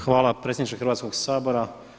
Hvala predsjedniče Hrvatskoga sabora.